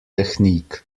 technique